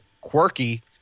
quirky